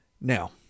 now